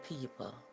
people